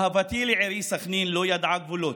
אהבתי לעירי סח'נין לא ידעה גבולות.